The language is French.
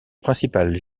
principales